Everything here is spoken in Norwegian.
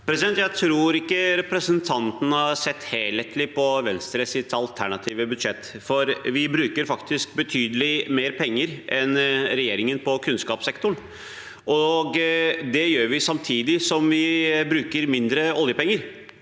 Jeg tror ikke representan- ten Torve har sett helhetlig på Venstres alternative budsjett. Vi bruker faktisk betydelig mer penger enn regjeringen på kunnskapssektoren. Det gjør vi samtidig som vi bruker mindre oljepenger.